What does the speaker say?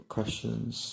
Questions